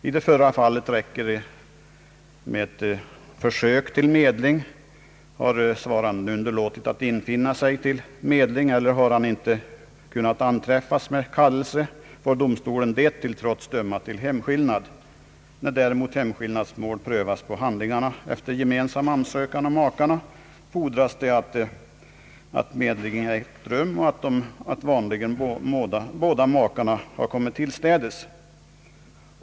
I det förra fallet räcker det med ett försök till medling. Har svaranden underlåtit att infinna sig till medling eller om han inte kunnat anträffas med kallelse, får domstolen det till trots döma till hemskillnad. När däremot hemskillnadsmål prövas på handlingarna efter gemensam ansökan av makarna fordras att medlingen ägt rum och att vanligen båda makarna kommit tillstädes.